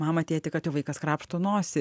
mamą tėtį kad jo vaikas krapšto nosį